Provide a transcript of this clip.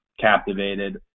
captivated